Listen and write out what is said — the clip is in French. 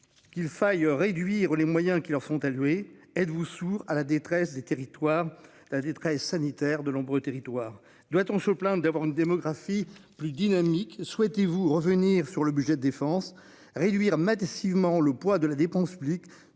Qu'il faille réduire les moyens qui leur sont alloués, êtes-vous sourd à la détresse des territoires la détresse sanitaire de nombreux territoires, doit-on se plaindre d'avoir une démocratie plus dynamique. Souhaitez-vous revenir sur le budget défense réduire massivement le poids de la dépense publique